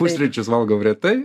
pusryčius valgau retai